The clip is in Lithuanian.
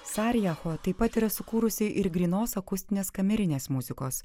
sarijacho taip pat yra sukūrusi ir grynos akustinės kamerinės muzikos